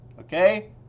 Okay